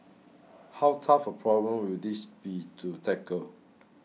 how tough a problem will this be to tackle